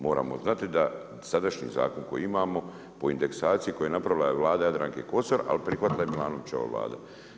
Moramo znati da sadašnji zakon koji imamo po indeksaciji koju je napravila Vlada Jadranke Kosor ali prihvatila je Milanovićeva Vlada.